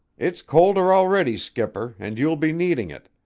it's colder already, skipper, and you will be needing it.